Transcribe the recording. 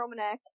Romanek